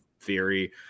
theory